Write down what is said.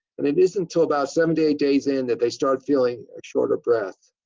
and it isn't until about seven-to-eight days in that they start feeling shorter breath.